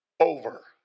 over